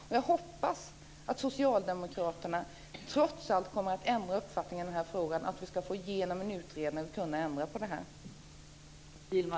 Och jag hoppas att socialdemokraterna trots allt kommer att ändra uppfattning i denna fråga och att vi ska få en utredning och kunna ändra på detta.